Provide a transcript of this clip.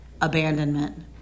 abandonment